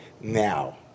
now